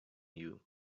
you